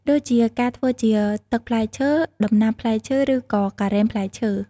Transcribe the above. ដូចជាការធ្វើជាទឹកផ្លែឈើ ដំណាប់ផ្លែឈើ ឬក៏ការ៉េមផ្លែឈើ។